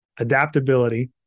adaptability